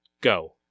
go